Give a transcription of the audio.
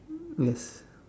yes